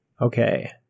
Okay